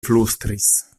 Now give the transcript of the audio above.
flustris